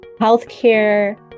healthcare